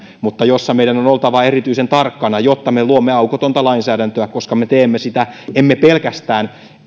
mutta jossa meidän on oltava erityisen tarkkana jotta me luomme aukotonta lainsäädäntöä koska emme tee sitä pelkästään